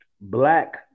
black